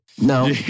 No